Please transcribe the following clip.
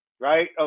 right